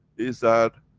is that,